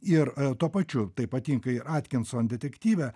ir tuo pačiu tai patinka ir atkinson detektyve